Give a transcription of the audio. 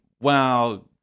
wow